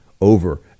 over